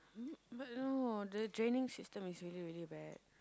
but no the draining system is really really bad